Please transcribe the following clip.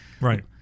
Right